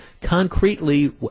concretely